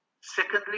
Secondly